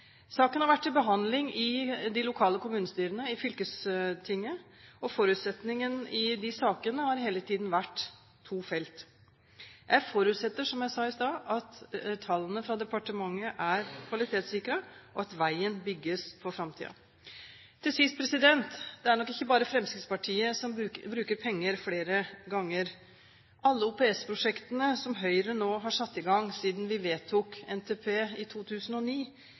Saken har vært til behandling i de lokale kommunestyrene, i fylkestinget, og forutsetningen i de sakene har hele tiden vært to felt. Jeg forutsetter, som jeg sa i stad, at tallene fra departementet er kvalitetssikret, og at veien bygges for framtiden. Til sist: Det er nok ikke bare Fremskrittspartiet som bruker penger flere ganger. Alle OPS-prosjektene som Høyre nå har satt i gang siden vi vedtok NTP i 2009,